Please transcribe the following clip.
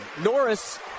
Norris